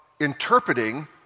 interpreting